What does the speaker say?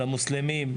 למוסלמים,